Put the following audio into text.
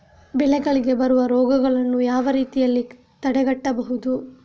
ಬೆಳೆಗಳಿಗೆ ಬರುವ ರೋಗಗಳನ್ನು ಯಾವ ರೀತಿಯಲ್ಲಿ ತಡೆಗಟ್ಟಬಹುದು?